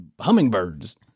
Hummingbirds